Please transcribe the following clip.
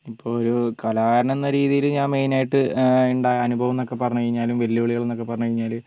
ഇപ്പം ഒരു കലാകാരൻ എന്ന രീതിയിൽ ഞാന് മെയിൻ ആയിട്ട് ഉണ്ടായ അനുഭവം എന്ന് പറഞ്ഞുകഴിഞ്ഞാലും വെല്ലുവിളികള് എന്നൊക്കെ പറഞ്ഞുകഴിഞ്ഞാൽ